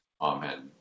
Amen